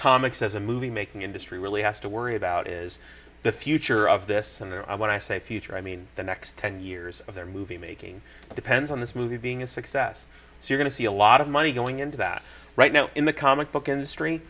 comics as a movie making industry really has to worry about is the future of this and there i want i say future i mean the next ten years of their movie making depends on this movie being a success so you're going to see a lot of money going into that right now in the comic book industry